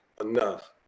enough